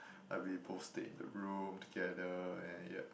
like we both stayed in the room together and yeah